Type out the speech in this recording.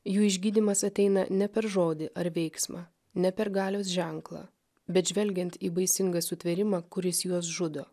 jų išgydymas ateina ne per žodį ar veiksmą ne per galios ženklą bet žvelgiant į baisingą sutvėrimą kuris juos žudo